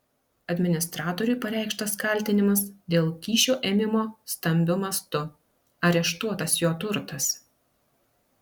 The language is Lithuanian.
administratoriui pareikštas kaltinimas dėl kyšio ėmimo stambiu mastu areštuotas jo turtas